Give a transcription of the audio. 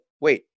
wait